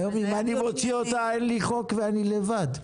היום אם אני מוציא אותה, אין לי חוק ואני לבד.